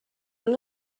una